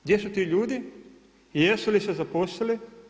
Gdje su ti ljudi i jesu li se zaposlili?